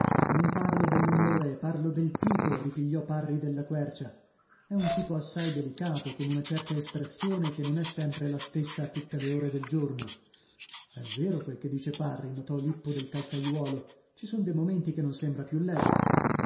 non parlo dell'umore parlo del tipo ripigliò parri della quercia è un tipo assai delicato con una certa espressione che non è sempre la stessa a tutte le ore del giorno è vero quel che dice parri notò lippo del calzaiuolo ci son de momenti che non sembra più lei